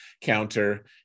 counter